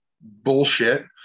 bullshit